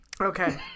Okay